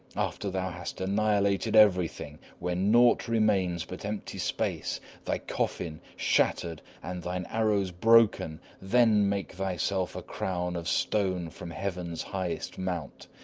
after thou hast annihilated everything when naught remains but empty space thy coffin shattered and thine arrows broken, then make thyself a crown of stone from heaven's highest mount,